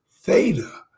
Theta